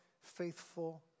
faithful